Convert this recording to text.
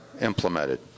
implemented